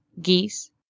geese